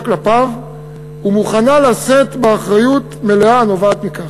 כלפיו ומוכנה לשאת באחריות מלאה הנובעת מכך".